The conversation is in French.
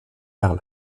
par